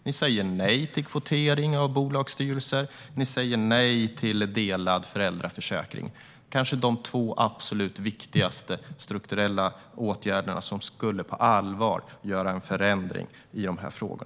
Ni säger nej till kvotering av bolagsstyrelser, och ni säger nej till delad föräldraförsäkring. Det är kanske de två absolut viktigaste strukturella åtgärderna som på allvar skulle innebära en förändring i dessa frågor.